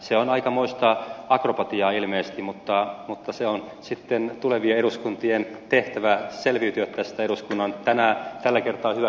se on aikamoista akrobatiaa ilmeisesti mutta se on sitten tulevien eduskuntien tehtävä selviytyä tästä eduskunnan tällä kertaa hyväksymästä lausumasta